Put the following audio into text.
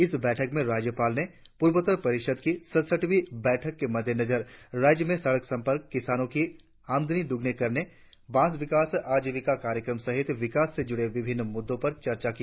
इस बैठक में राज्यपाल ने पूर्वोत्तर परिषद की सड़सठवीं बैठक के मद्देनजर राज्य में सड़क संपर्क किसानों की आमदनी दोगुना करने बांस विकास अजीविका कार्यक्रमों सहित विकास से जुड़े विभिन्न मुद्दों पर चर्चा की